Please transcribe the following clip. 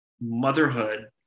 motherhood